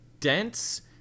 Dense